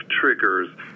triggers